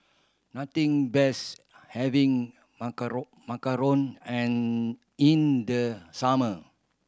nothing best having macaron and in the summer